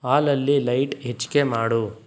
ಹಾಲಲ್ಲಿ ಲೈಟ್ ಹೆಚ್ಗೆ ಮಾಡು